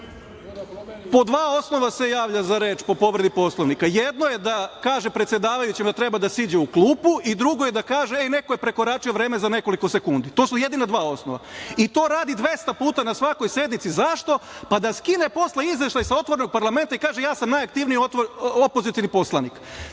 po dva osnova se javlja za reč po povredi Poslovnika. Jedno je da kaže predsedavajućem da treba da siđe u klupu i drugo je da kaže – ej, neko je prekoračio vreme za nekoliko sekundi. To su jedina dva osnova. I to radi 200 puta na svakoj sednici. Zašto? Pa da skine posle izveštaj sa otvorenog parlamenta i kaže – ja sam najaktivniji opozicioni poslanik. Mi